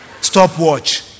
stopwatch